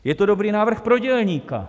Je to dobrý návrh pro dělníka.